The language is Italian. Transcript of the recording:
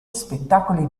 spettacoli